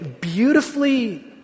beautifully